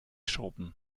schrubben